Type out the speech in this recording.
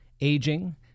aging